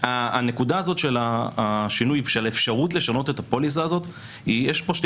הנקודה של האפשרות לשנות את הפוליסה הזאת יש פה שתי